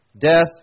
death